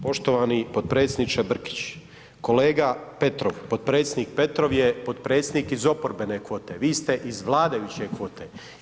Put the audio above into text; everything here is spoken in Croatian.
Poštovani potpredsjedniče Brkić, kolega Petrov, potpredsjednik Petrov je potpredsjednik iz oporbene kvote, vi ste iz vladajuće kvote.